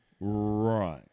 Right